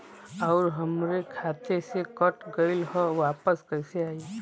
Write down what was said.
आऊर हमरे खाते से कट गैल ह वापस कैसे आई?